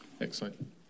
Excellent